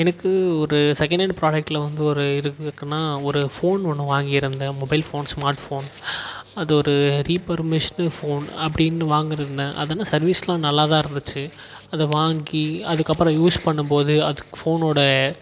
எனக்கு ஒரு second hand ப்ராடக்ட்டில் வந்து ஒரு இருக்குதுன்னா ஒரு ஃபோன் ஒன்று வாங்கியிருந்தேன் மொபைல் ஃபோன் ஸ்மார்ட் ஃபோன் அது ஒரு ரீபெர்மேஸ்டு ஃபோன் அப்படின்னு வாங்கியிருந்தேன் அது என்ன சர்வீஸுலாம் நல்லாதான் இருந்துச்சு அதை வாங்கி அதுக்கப்புறம் யூஸ் பண்ணும்போது அதுக்கு ஃபோனோட